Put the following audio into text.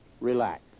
Relax